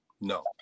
No